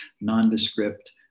nondescript